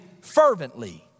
fervently